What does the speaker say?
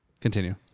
Continue